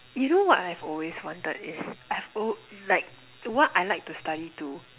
you know what I've always wanted is I've al~ like what I like to study too